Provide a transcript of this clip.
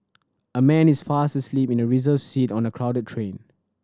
a man is fast asleep in a reserved seat on a crowded train